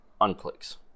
unclicks